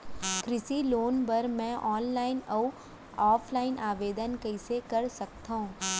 कृषि लोन बर मैं ऑनलाइन अऊ ऑफलाइन आवेदन कइसे कर सकथव?